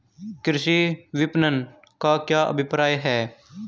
कृषि विपणन का क्या अभिप्राय है?